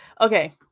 Okay